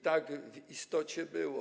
Tak w istocie było.